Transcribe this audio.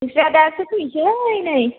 नोंस्रा दासो फैनोसै नै